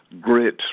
grit